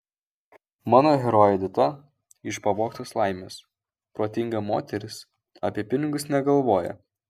mano herojė edita iš pavogtos laimės protinga moteris apie pinigus negalvoja